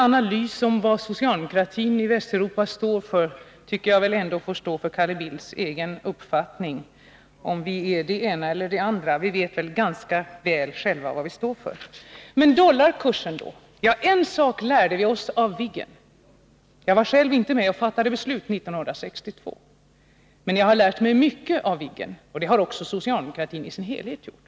Analysen av vad socialdemokratin i Västeuropa vill tycker jag ändå får stå för Carl Bildts egen räkning. Vi vet ganska väl själva vad vi representerar. Jag var själv inte med och fattade beslutet 1972, men jag lärde mig mycket av Viggen. Det har även socialdemokratin i sin helhet gjort.